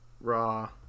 raw